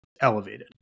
elevated